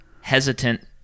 hesitant